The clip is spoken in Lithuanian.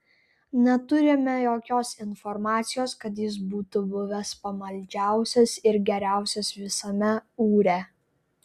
neturime jokios informacijos kad jis būtų buvęs pamaldžiausias ir geriausias visame ūre